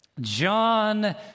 John